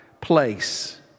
place